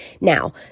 Now